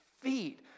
feet